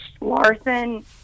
Larson